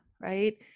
right